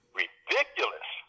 ridiculous